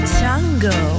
tango